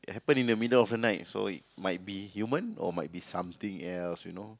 happen in the middle of the night so it might be human or something else you know